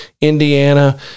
Indiana